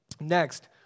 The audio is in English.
Next